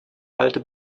halde